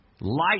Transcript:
light